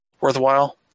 worthwhile